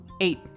eight